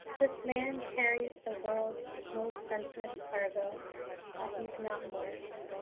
this man carries the world's most sensitive cargo but he's not marked.